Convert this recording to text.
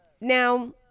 Now